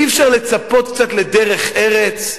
אי-אפשר לצפות לקצת דרך-ארץ?